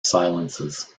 silences